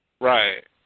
Right